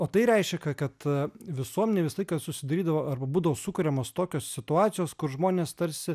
o tai reiškia kad visuomenėj visą laiką susidarydavo arba būdavo sukuriamos tokios situacijos kur žmonės tarsi